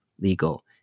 legal